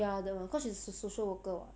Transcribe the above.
ya the cause she is a social worker [what]